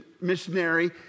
missionary